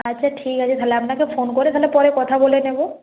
আচ্ছা ঠিক আছে তাহলে আপনাকে ফোন করে তাহলে পরে কথা বলে নেব